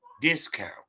discount